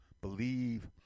believe